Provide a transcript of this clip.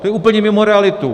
To je úplně mimo realitu!